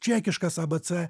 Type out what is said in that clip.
čekiškas abc